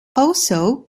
also